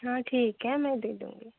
हाँ ठीक है मैं दे दूँगी